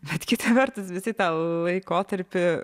bet kita vertus visi tą laikotarpį